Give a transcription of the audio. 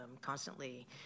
constantly